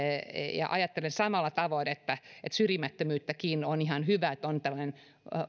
ajattelen samalla tavoin että että syrjimättömyyteen liittyen on ihan hyvä että on tämmöinen